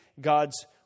God's